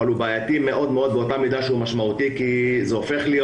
אבל הוא מאוד מאוד בעייתי באותה מידה שהוא משמעותי כי זה הופך להיות